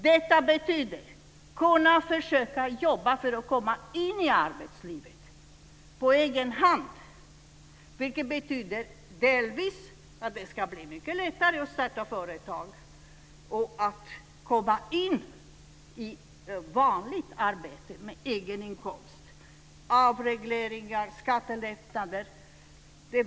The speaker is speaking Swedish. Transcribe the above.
Detta betyder att kunna försöka jobba för att komma in i arbetslivet på egen hand, vilket betyder att det delvis ska bli mycket lättare att starta företag och att komma in i vanligt arbete med egen inkomst. Det är fråga om avregleringar och skattelättnader - ni vet.